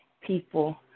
people